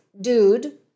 dude